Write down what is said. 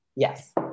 Yes